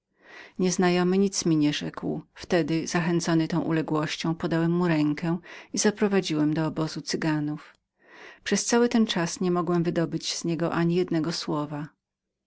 nieznajomy nic mi nie rzekł wtedy zachęcony tą uległością podałem mu rękę i zaprowadziłem do obozu cyganów przez cały ten czas nie mogłem wydobyć z niego ani jednego słowa